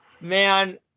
man